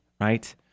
right